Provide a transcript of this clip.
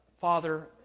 Father